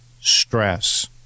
Stress